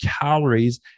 calories